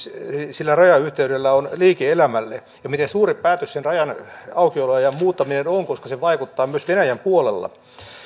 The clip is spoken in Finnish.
sillä rajayhteydellä on liike elämälle ja miten suuri päätös sen rajan aukioloajan muuttaminen on koska se vaikuttaa myös venäjän puolella